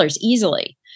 easily